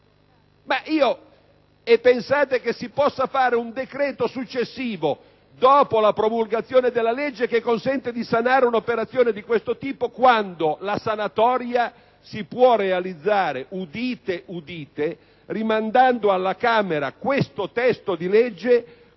Pensate che si possa fare un decreto successivo, dopo la promulgazione della legge, che consenta di sanare un'operazione di questo tipo, quando la sanatoria si può realizzare - udite, udite - rimandando alla Camera questo testo di legge